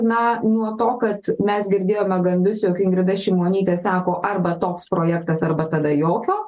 na nuo to kad mes girdėjome gandus jog ingrida šimonytė sako arba toks projektas arba tada jokio